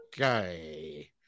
okay